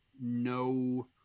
no